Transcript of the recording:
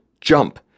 JUMP